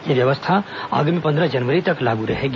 यह व्यवस्था आगामी पंद्रह जनवरी तक लागू रहेगी